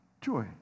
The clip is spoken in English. joy